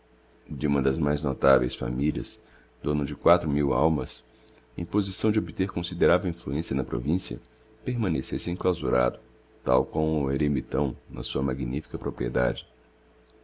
de uma das mais notaveis familias dono de quatro mil almas em posição de obter consideravel influencia na provincia permanecesse enclausurado tal qual um eremitão na sua magnifica propriedade